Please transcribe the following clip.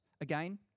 Again